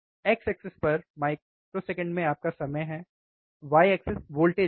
x axis पर microsecond में आपका समय है y axis वोल्टेज है है ना